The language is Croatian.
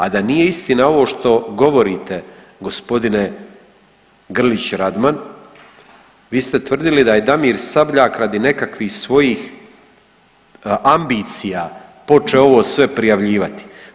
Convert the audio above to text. A da nije istina ovo što govorite, g. Grlić Radman, vi ste tvrdili da je Damir Sabljak radi nekakvih svojih ambicija počeo ovo sve prijavljivati.